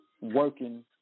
working